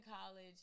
college